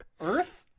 Earth